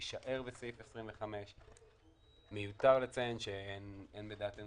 תישאר בסעיף 25. מיותר לציין שאין בדעתנו